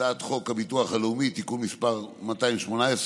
הצעת חוק הביטוח הלאומי (תיקון מס' 218)